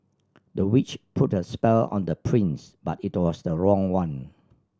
the witch put a spell on the prince but it was the wrong one